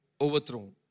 overthrown